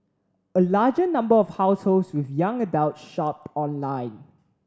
a larger number of households with young adult shopped online